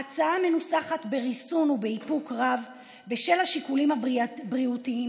ההצעה מנוסחת בריסון ובאיפוק רב בשל השיקולים הבריאותיים